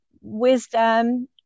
wisdom